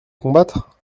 combattre